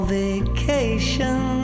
vacation